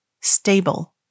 stable